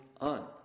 on